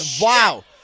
wow